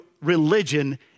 religion